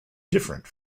different